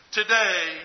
today